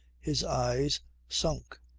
his eyes sunk,